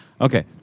Okay